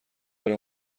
داره